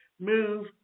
move